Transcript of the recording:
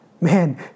Man